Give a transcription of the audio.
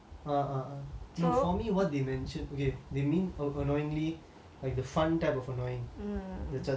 uh uh uh K for me what they mentioned okay they mean of annoyingly like the fun type of annoying that's what they mean lah